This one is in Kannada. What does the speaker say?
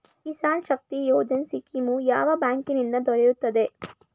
ಕಿಸಾನ್ ಶಕ್ತಿ ಯೋಜನೆ ಸ್ಕೀಮು ಯಾವ ಬ್ಯಾಂಕಿನಿಂದ ದೊರೆಯುತ್ತದೆ?